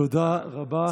תודה רבה.